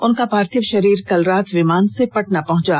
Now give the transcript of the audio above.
उनका पार्थिव शरीर कल रात विमान से पटना पहुंचा